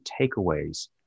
takeaways